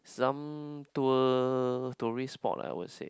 some tour tourist board I would say